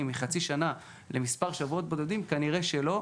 מחצי שנה למספר שבועות בודדים כנראה שלא,